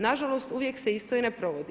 Nažalost uvijek se isto i ne provodi.